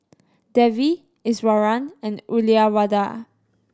Devi Iswaran and Uyyalawada